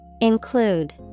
Include